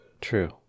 True